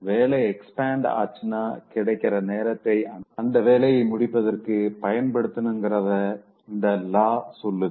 வேலை எக்ஸ்பேண்ட் ஆச்சுன்னா கிடைக்கிற நேரத்த அந்த வேலைய முடிப்பதற்கு பயன்படுத்தனுங்கறத இந்த லா சொல்லுது